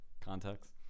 Context